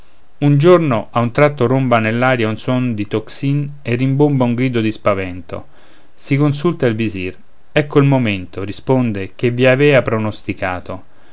un giorno a un tratto romba nell'aria un suon di tocsin e rimbomba un grido di spavento si consulta il visir ecco il momento risponde che vi avea pronosticato